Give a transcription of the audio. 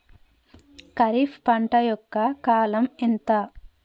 ఖరీఫ్ పంట యొక్క కాలం ఎంత?